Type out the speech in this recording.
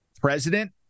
president